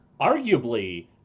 arguably